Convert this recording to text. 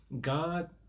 God